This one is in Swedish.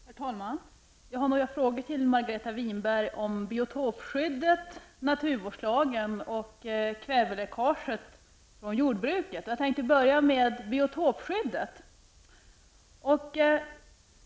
Herr talman! Jag har några frågor till Margareta Winberg om biotopskyddet, naturvårdslagen och kväveläckaget från jordbruket. Jag tänkte börja med biotopskyddet.